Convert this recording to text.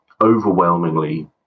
overwhelmingly